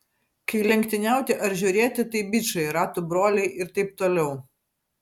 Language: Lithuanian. kai lenktyniauti ar žiūrėti tai bičai ratų broliai ir taip toliau